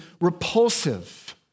repulsive